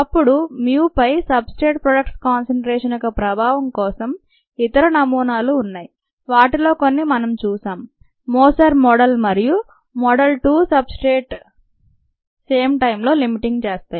అప్పుడు MU పై substrate products concentration యొక్క ప్రభావం కోసం ఇతర నమూనాలు ఉన్నాయి వాటిలో కొన్ని మనం చూశాం మోసర్ మోడల్ మరియు మోడల్ 2 సబ్ స్ట్రేట్లు సేమ్ టైంలో లిమిటింగ్ చేస్తాయి